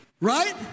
right